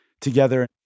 together